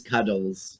Cuddles